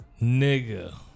nigga